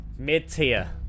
Mid-tier